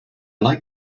like